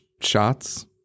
shots